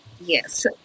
yes